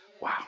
wow